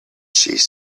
she’s